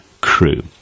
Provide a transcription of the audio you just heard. crew